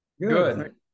Good